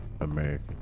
America